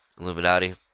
Illuminati